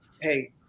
Hey